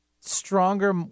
stronger